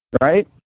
right